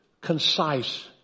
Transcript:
concise